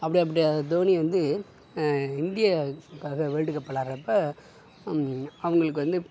அப்படி அப்படி தோனி வந்து இந்தியாகாக வேர்ல்ட் கப் விளையாடுறப்ப அவங்களுக்கு வந்து